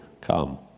come